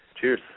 Cheers